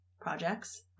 projects